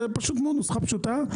זה נוסחה פשוטה,